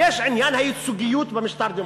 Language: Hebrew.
יש עניין הייצוגיות במשטר דמוקרטי,